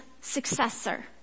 successor